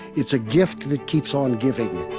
it's a gift that keeps on giving